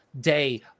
day